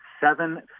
seven